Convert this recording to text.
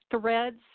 threads